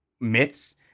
myths